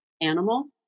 animal